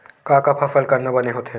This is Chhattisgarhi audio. का का फसल करना बने होथे?